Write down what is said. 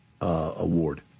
Award